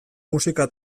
musika